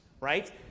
right